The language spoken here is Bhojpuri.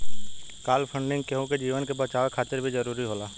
काल फंडिंग केहु के जीवन के बचावे खातिर भी जरुरी हो जाला